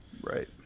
Right